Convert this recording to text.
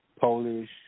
Polish